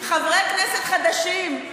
חברי כנסת חדשים,